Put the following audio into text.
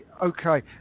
Okay